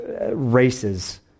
races